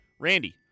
Randy